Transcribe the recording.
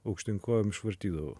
aukštyn kojom išvartydavau